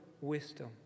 wisdom